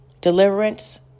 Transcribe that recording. deliverance